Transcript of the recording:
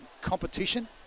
competition